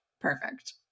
perfect